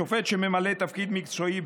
שופט שממלא תפקיד מקצועי,